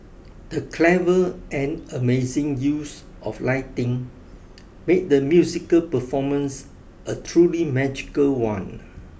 the clever and amazing use of lighting made the musical performance a truly magical one